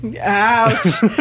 Ouch